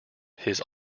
his